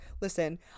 listen